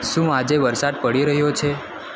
શું આજે વરસાદ પડી રહ્યો છે